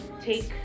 take